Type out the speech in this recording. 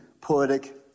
poetic